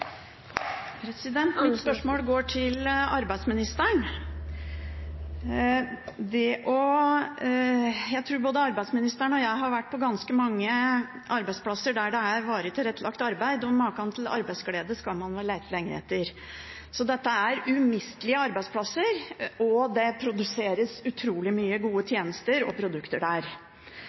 Mitt spørsmål går til arbeidsministeren. Jeg tror at både arbeidsministeren og jeg har vært på ganske mange arbeidsplasser der det er varig tilrettelagt arbeid, og maken til arbeidsglede skal man vel lete lenge etter. Så dette er umistelige arbeidsplasser, og det produseres utrolig mange gode tjenester og produkter der.